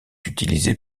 utilisé